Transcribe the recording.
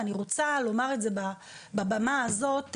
ואני רוצה לומר את זה בבמה הזו.